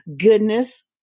goodness